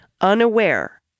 Unaware